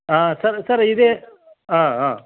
ஆ sir sir இது ஆ ஆ